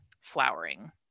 flowering